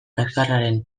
kaxkarraren